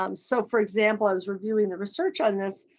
um so for example as we're doing the research on this,